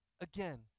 again